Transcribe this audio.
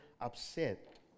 upset